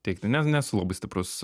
teigti ne nesu labai stiprus